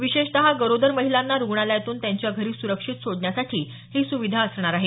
विशेषतः गरोदर महिलांना रुग्णालयातून त्यांच्या घरी सुरक्षित सोडण्यासाठी ही सुविधा असणार आहे